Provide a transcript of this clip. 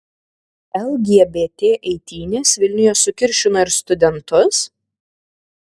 lgbt eitynės vilniuje sukiršino ir studentus